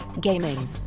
gaming